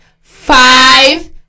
five